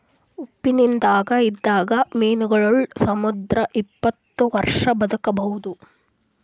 ಉಪ್ಪ್ ನಿರ್ದಾಗ್ ಇದ್ದಿದ್ದ್ ಮೀನಾಗೋಳ್ ಸುಮಾರ್ ಇಪ್ಪತ್ತ್ ವರ್ಷಾ ಬದ್ಕಬಹುದ್